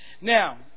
Now